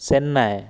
Chennai